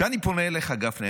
עכשיו אני פונה אליך, גפני.